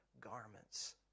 garments